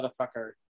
motherfucker